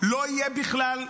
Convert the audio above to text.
לא יהיה בכלל,